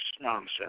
nonsense